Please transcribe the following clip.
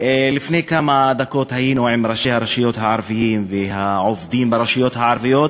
לפני כמה דקות היינו עם ראשי הרשויות הערבים והעובדים ברשויות הערביות